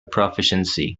proficiency